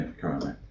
currently